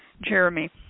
Jeremy